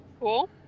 Cool